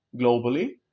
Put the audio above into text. globally